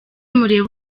murebe